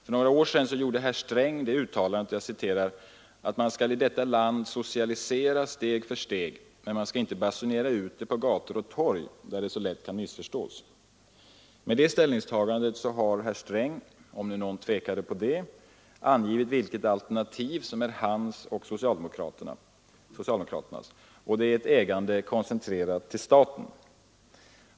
För några år sedan gjorde herr Sträng det uttalandet att ”man skall i detta land socialisera steg för steg, men man skall inte basunera ut det på gator och torg där det så lätt kan missförstås”. Med det ställningstagandet har herr Sträng, om nu någon tvivlade beträffande den saken, angivit vilket alternativ som är hans och socialdemokraternas, och det är ett ägande koncentrerat till staten.